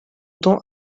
temps